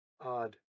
Odd